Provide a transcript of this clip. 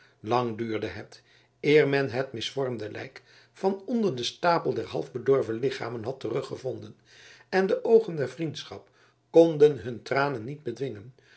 duurde het eer men het misvormde lijk van onder den stapel der half bedorven lichamen had teruggevonden en de oogen der vriendschap konden hun tranen niet bedwingen